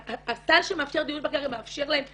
שהסל שמאפשר דיור בקהילה מאפשר להם להיות,